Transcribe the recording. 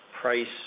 price